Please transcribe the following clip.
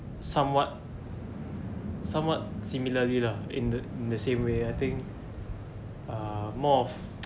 somewhat somewhat similarly lah in the in the same way I think uh more of